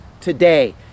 today